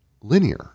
linear